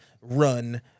run